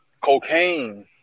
cocaine